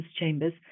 chambers